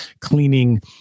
cleaning